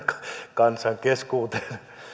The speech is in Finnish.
kansan keskuuteen